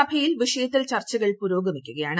സഭയിൽ വിഷയത്തിൽ ചർച്ചകൾ പുരോഗമിക്കുകയാണ്